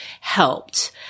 helped